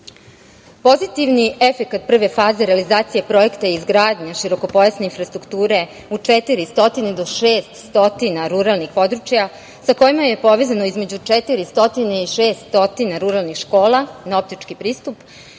pozitivni efekat prve faze realizacije projekta izgradnje širokopojasne strukture u 400 do 600 ruralnih područja sa kojima je povezano između 400 i 600 ruralnih škola na optički pristup